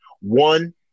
One